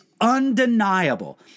undeniable